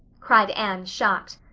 cried anne, shocked.